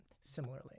similarly